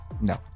No